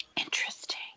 interesting